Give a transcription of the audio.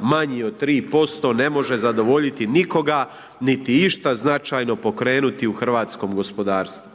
manji je od 3% ne može zadovoljiti nikoga niti išta značajno pokrenuti u hrvatskom gospodarstvu.